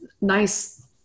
nice